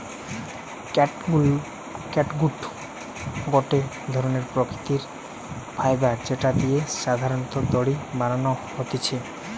catgut গটে ধরণের প্রাকৃতিক ফাইবার যেটা দিয়ে সাধারণত দড়ি বানানো হতিছে